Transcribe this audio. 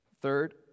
Third